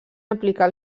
aplicar